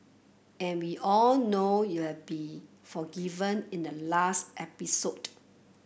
and we all know you'll be forgiven in the last episode